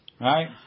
Right